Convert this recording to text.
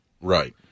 Right